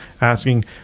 asking